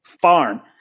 farm